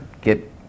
get